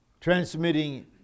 transmitting